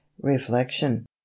reflection